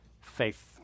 faith